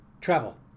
Travel